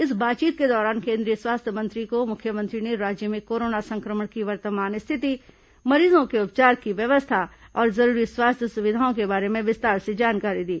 इस बातचीत के दौरान केंद्रीय स्वास्थ्य मंत्री को मुख्यमंत्री ने राज्य में कोरोना संक्रमण की वर्तमान स्थिति मरीजों के उपचार की व्यवस्था और जरूरी स्वास्थ्य सुविधाओं के बारे में विस्तार से जानकारी दी